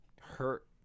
hurt